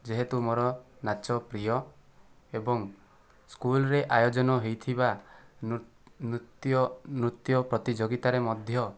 ଯେହେତୁ ମୋର ନାଚ ପ୍ରିୟ ଏବଂ ସ୍କୁଲରେ ଆୟୋଜନ ହୋଇଥିବା ନୃତ୍ୟ ନୃତ୍ୟ ପ୍ରତିଯୋଗିତାରେ ମଧ୍ୟ